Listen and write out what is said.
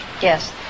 Yes